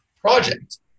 project